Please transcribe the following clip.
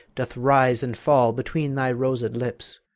doth rise and fall between thy rosed lips,